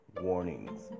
warnings